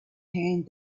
hand